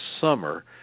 summer